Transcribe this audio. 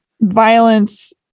violence